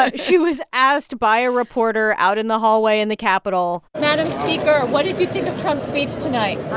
ah she was asked by a reporter out in the hallway in the capitol madam speaker, what did you think of trump's speech tonight?